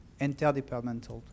interdepartmental